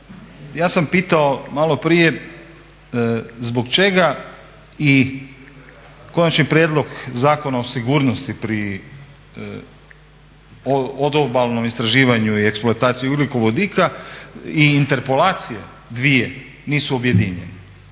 Ja sam pitao maloprije zbog čega i konačni prijedlog Zakona o sigurnosti pri odobalnom istraživanju i eksploataciji ugljikovodika i interpelacije dvije nisu objedinjene.